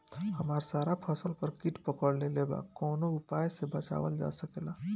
हमर सारा फसल पर कीट पकड़ लेले बा कवनो उपाय से बचावल जा सकेला?